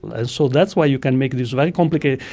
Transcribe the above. and so that's why you can make these very complicated,